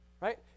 Right